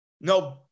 no